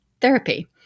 therapy